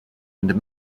and